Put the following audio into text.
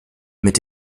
mit